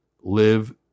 live